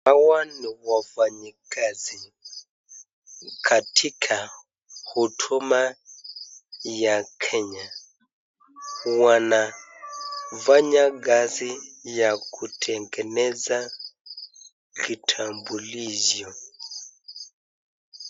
Hawa ni wafanyikazi katika huduma ya Kenya, wanafanya kazi ya kutengeneza kitambulisho.